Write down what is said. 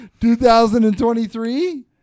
2023